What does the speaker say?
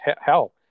hell